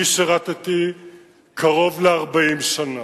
אני שירתתי קרוב ל-40 שנה.